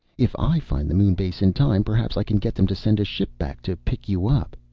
if i find the moon base in time, perhaps i can get them to send a ship back to pick you up.